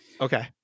Okay